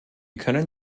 können